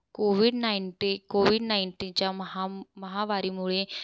Covid ninety covid नायन्टीच्या महा महावारीमुळे